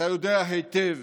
אתה יודע היטב